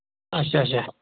اَچھا اَچھا